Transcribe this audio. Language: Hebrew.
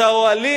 את האוהלים,